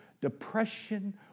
depression